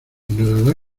ignorará